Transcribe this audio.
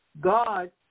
God